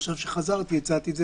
עכשיו כשחזרתי הצעתי את זה,